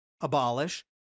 abolish